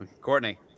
Courtney